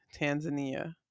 Tanzania